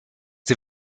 die